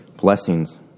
blessings